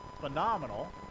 phenomenal